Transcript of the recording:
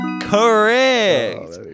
Correct